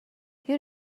you